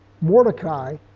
Mordecai